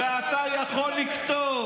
ואתה יכול לכתוב.